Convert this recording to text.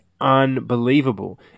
unbelievable